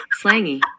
slangy